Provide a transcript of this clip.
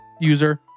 user